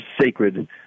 sacred